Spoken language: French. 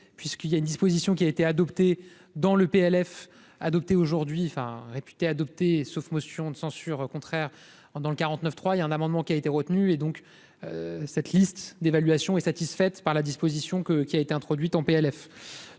puisqu'il y a une disposition qui a été adoptée dans le PLF adoptée aujourd'hui enfin réputé adopté sauf motion de censure contraire dans le 49 3 un amendement qui a été retenue et donc cette liste d'évaluation est satisfaite par la disposition que qui a été introduite en PLF